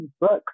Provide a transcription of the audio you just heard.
books